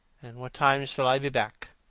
what time shall i be back?